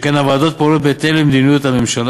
שכן הוועדות פועלות בהתאם למדיניות הממשלה